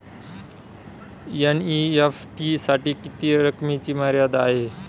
NEFT साठी किती रकमेची मर्यादा आहे?